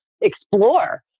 explore